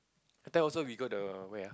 that time also we go the where